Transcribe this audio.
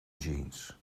jeans